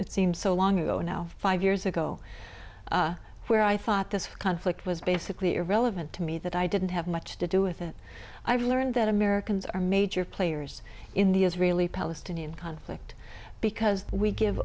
it seems so long ago now five years ago where i thought this conflict was basically irrelevant to me that i didn't have much to do with it i've learned that americans are major players in the israeli palestinian conflict because we give